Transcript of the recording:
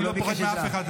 אני לא פוחד מאף אחד,